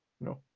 No